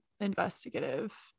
investigative